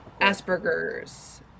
Asperger's